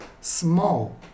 small